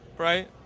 right